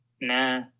Nah